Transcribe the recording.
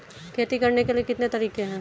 खेती करने के कितने तरीके हैं?